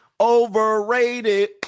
Overrated